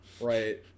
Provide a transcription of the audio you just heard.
right